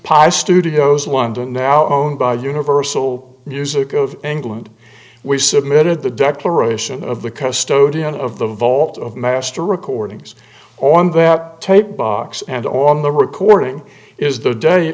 pi studios wonder now owned by universal music of england we submitted the declaration of the custody of the vault of master recordings on that tape box and on the recording is the da